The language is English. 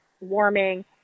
warming